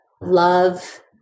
love